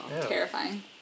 Terrifying